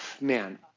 man